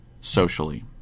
socially